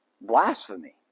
blasphemy